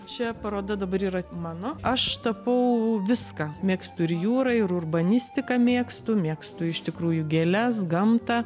šia paroda dabar yra mano aš tapau viską mėgstu ir jūrą ir urbanistiką mėgstu mėgstu iš tikrųjų gėles gamtą